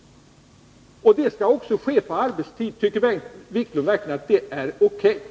Tycker verkligen Bengt Wiklund vidare att det är O. K. att det sker på arbetstid?